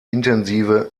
intensive